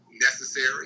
necessary